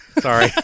Sorry